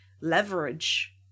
leverage